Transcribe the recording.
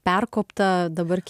perkopta dabar kie